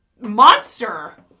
monster